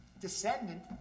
descendant